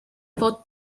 fod